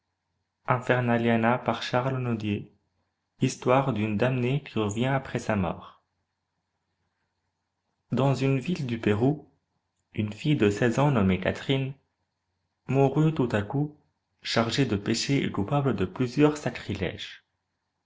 histoire d'une damnée qui revint après sa mort dans une ville du pérou une fille de seize ans nommée catherine mourut tout à coup chargée de péchés et coupable de plusieurs sacriléges